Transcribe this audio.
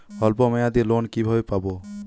অল্প মেয়াদি লোন কিভাবে পাব?